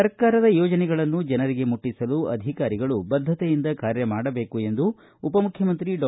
ಸರ್ಕಾರದ ಯೋಜನೆಗಳನ್ನು ಜನರಿಗೆ ಮುಟ್ಟಸಲು ಅಧಿಕಾರಿಗಳು ಬದ್ದತೆಯಿಂದ ಕಾರ್ಯ ಮಾಡಬೇಕು ಎಂದು ಉಪ ಮುಖ್ಯಮಂತ್ರಿ ಡಾ